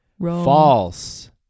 false